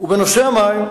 בנושא המים,